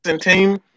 team